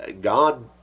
God